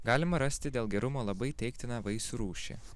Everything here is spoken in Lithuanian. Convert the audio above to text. galima rasti dėl gerumo labai teiktiną vaisių rūšį